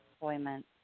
Employment